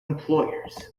employers